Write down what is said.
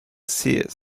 seers